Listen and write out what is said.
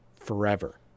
Forever